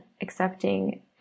accepting